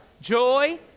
joy